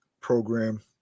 program